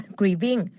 grieving